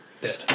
Dead